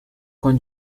con